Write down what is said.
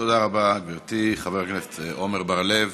החברה הערבית משתוללת והירי משתולל,